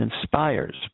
inspires